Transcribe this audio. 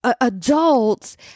adults